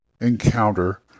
encounter